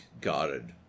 guarded